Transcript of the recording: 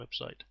website